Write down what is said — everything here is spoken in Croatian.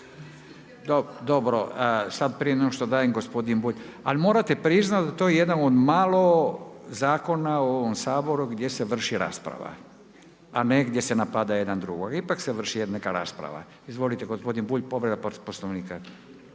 Dobro. Sad prije nego što dajem gospodinu, ali morate priznati da je to jedan od malo zakona u ovom Saboru gdje se vrši rasprava, a ne gdje se napada jedan drugoga. Ipak se vrši neka rasprava. Izvolite gospodin Bulj, povreda Poslovnika.